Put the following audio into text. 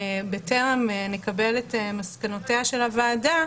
בטרם נקבל את מסקנותיה של הוועדה,